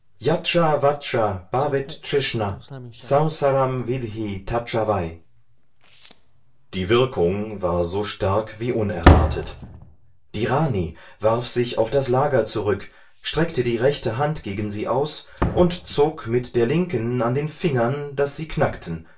die wirkung war so stark wie unerwartet die rani warf sich auf das lager zurück streckte die rechte hand gegen sie aus und zog mit der linken an den fingern daß sie knackten